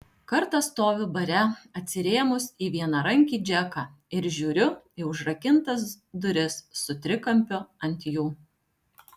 kartą stoviu bare atsirėmus į vienarankį džeką ir žiūriu į užrakintas duris su trikampiu ant jų